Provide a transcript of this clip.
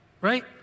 Right